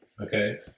Okay